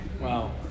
Wow